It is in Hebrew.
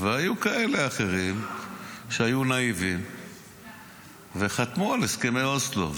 והיו כאלה אחרים שהיו נאיביים וחתמו על הסכמי אוסלו.